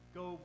go